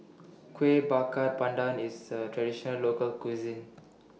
Kueh Bakar Pandan IS A Traditional Local Cuisine